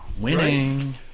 Winning